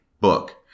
book